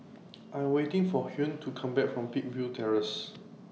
I Am waiting For Hugh to Come Back from Peakville Terrace